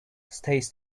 stays